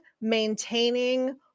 maintaining